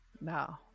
No